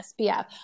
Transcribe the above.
SPF